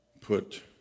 put